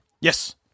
yes